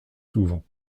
souvent